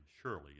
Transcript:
surely